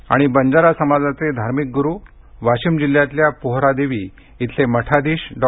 आणि बंजारा समाजाचे धार्मिक गुरू वाशीम जिल्ह्यातल्या पोहरादेवी इथले मठाधीश डॉ